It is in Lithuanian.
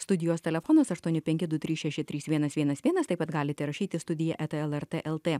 studijos telefonas aštuoni penki du trys šeši trys vienas vienas vienas taip pat galite rašyti studija eta lrt lt